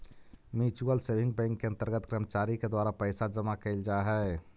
mutual saving bank के अंतर्गत कर्मचारी के द्वारा पैसा जमा कैल जा हइ